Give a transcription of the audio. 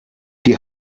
die